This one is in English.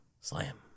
Slam